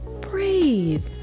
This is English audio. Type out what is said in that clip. breathe